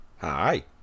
Hi